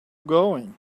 going